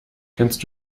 kennst